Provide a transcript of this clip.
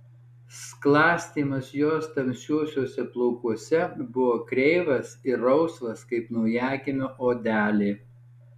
sklastymas jos tamsiuose plaukuose buvo kreivas ir rausvas kaip naujagimio odelė